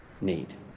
need